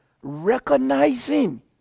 recognizing